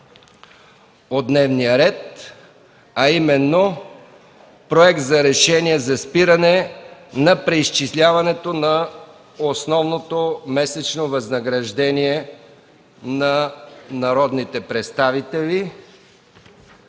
внимание е внесен Проект за решение за спиране на преизчисляването на основното месечно възнаграждение на народните представители.